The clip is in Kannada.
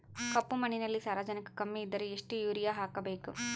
ಕಪ್ಪು ಮಣ್ಣಿನಲ್ಲಿ ಸಾರಜನಕ ಕಮ್ಮಿ ಇದ್ದರೆ ಎಷ್ಟು ಯೂರಿಯಾ ಹಾಕಬೇಕು?